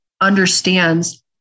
understands